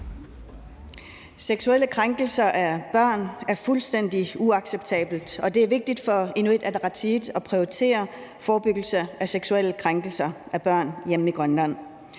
Seksuelle krænkelser af børn er fuldstændig uacceptabelt, og det er vigtigt for Inuit Ataqatigiit at prioritere forebyggelsen af seksuelle krænkelser af børn hjemme i Grønland.